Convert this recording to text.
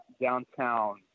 downtown